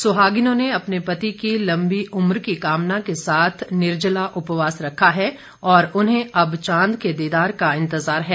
सुहागिनों ने अपने पति की लम्बी उम्र की कामना के साथ निर्जला उपवास रखा है और उन्हें अब चांद के दीदार का इंतजार है